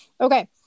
Okay